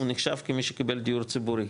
הוא נחשב כמי שקיבל דיור ציבורי,